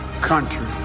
country